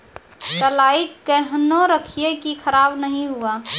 कलाई केहनो रखिए की खराब नहीं हुआ?